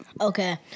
Okay